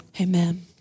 amen